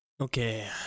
okay